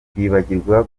kwibagirwa